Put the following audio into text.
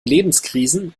lebenskrisen